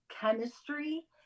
chemistry